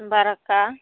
बड़का